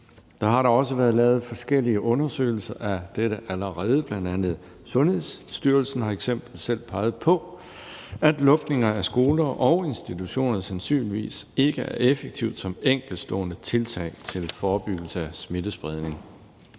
Der har da også været lavet forskellige undersøgelser af dette allerede. F.eks. har Sundhedsstyrelsen selv peget på, at nedlukninger af skoler og institutioner sandsynligvis ikke er effektivt som enkeltstående tiltag til forebyggelse af smittespredning.